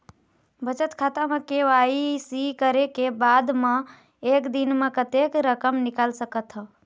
बचत खाता म के.वाई.सी करे के बाद म एक दिन म कतेक रकम निकाल सकत हव?